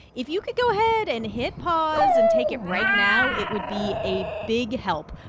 if you could go ahead and hit pause and take it right now, it would be a big help.